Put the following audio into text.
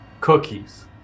Cookies